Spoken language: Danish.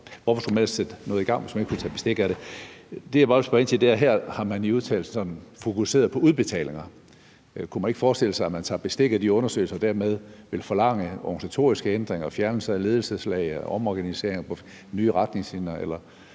Hvorfor skulle man ellers sætte noget i gang, hvis man ikke ville tage bestik af det? Det, jeg bare vil spørge ind til, er, at man i udtalelsen har fokuseret på udbetalinger. Kunne man ikke forestille sig, at man tager bestik af de undersøgelser og dermed vil forlange organisatoriske ændringer, fjernelse af ledelseslag, omorganiseringer, nye retningslinjer?